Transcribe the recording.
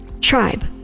Tribe